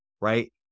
right